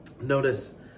Notice